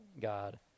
god